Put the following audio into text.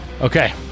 Okay